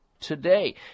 today